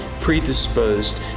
predisposed